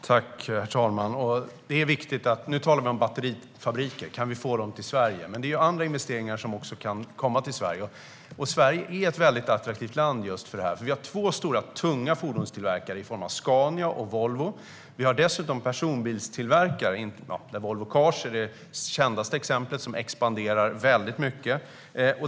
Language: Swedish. Herr talman! Nu talar vi om batterifabriker - kan vi få dem till Sverige? Men det är andra investeringar som också kan komma till Sverige. Sverige är ett väldigt attraktivt land just för detta, för vi har två stora och tunga fordonstillverkare i form av Scania och Volvo. Vi har dessutom personbilstillverkare - Volvo Cars är det mest kända exemplet - som expanderar väldigt mycket.